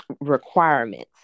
requirements